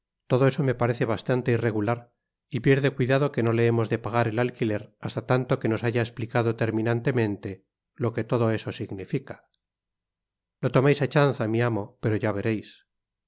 todo eso me parece bastante irregular y pierde cuidado que n le hemos de pagar el alquiler hasta tanto que nos haya esplicado terminantemente lo que todo eso significa lo tomais á chanza mi amo pero ya vereis